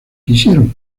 quisieron